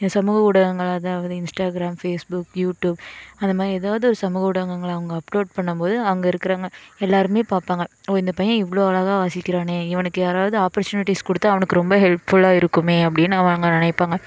சமூக ஊடகங்கள் அதாவது இன்ஸ்டாகிராம் பேஸ்புக் யூடியூப் அதை மாதிரி எதாவது ஒரு சமூக ஊடகங்கள்ல அவங்க அப்ளோட் பண்ணும்போது அங்கே இருக்கிறவுங்க எல்லாருமே பார்ப்பாங்க ஓ இந்த பையன் இவ்வளோ அழகாக வாசிக்கிறானே இவனுக்கு யாராவது ஆப்ரச்சனுட்டிஸ் கொடுத்து அவனுக்கு ரொம்ப ஹெல்ப் ஃபுல்லாக இருக்குமே அப்படின்னு அவங்க நினப்பாங்க